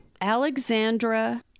Alexandra